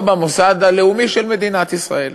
או במוסד הלאומי של מדינת ישראל.